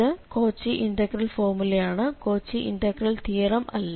ഇത് Cauchy integral ഫോർമുലയാണ് Cauchy integral theorem അല്ല